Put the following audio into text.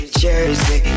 jersey